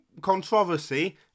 controversy